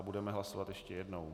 Budeme hlasovat ještě jednou.